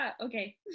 Okay